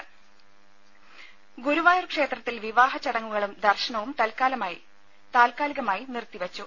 രുര ഗുരുവായൂർ ക്ഷേത്രത്തിൽ വിവാഹച്ചടങ്ങുകളും ദർശനവും താൽക്കാലികമായി നിർത്തിവച്ചു